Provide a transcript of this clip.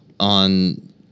on